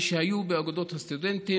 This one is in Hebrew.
מי שהיו באגודות הסטודנטים,